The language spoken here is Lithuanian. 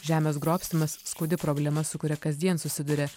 žemės grobstymas skaudi problema su kuria kasdien susiduria